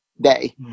Day